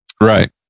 right